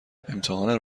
امتحان